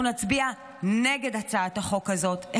אנחנו נצביע נגד הצעת החוק הזאת,